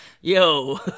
yo